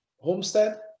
Homestead